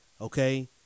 okay